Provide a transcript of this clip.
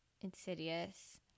*Insidious*